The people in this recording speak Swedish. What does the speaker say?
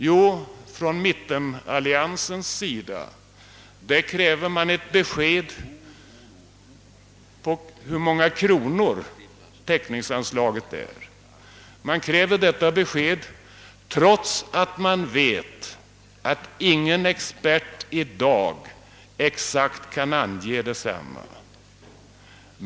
Jo, från mittenalliansens sida krävs ett besked om hur många kronor täckningsanslaget uppgår till, och detta besked krävs trots att man vet, att ingen expert i dag exakt kan ange detsamma.